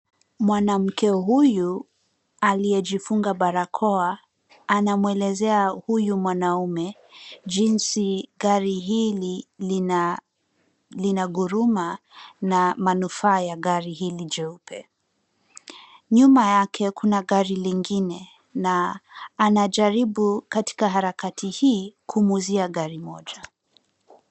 Mwanamke huyu aliyejifunga barakoa anamwelezea huyu mwanaume jinsi gari hili linaguruma na manufaa ya gari hili jeupe. Nyuma yake kuna gari lingine na anajaribu katika harakati hii kumuuzia gari moja.